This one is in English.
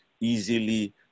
easily